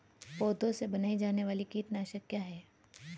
पौधों से बनाई जाने वाली कीटनाशक क्या है?